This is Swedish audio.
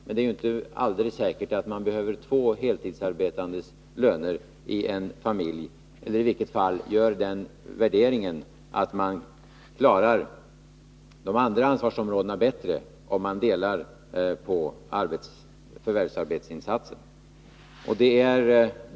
Men det är ju inte alldeles säkert att man behöver två heltidsarbetandes löner i en familj, eller man kanske gör den värderingen att familjen klarar de andra ansvarsområdena bättre om man delar på förvärvsarbetsinsatsen.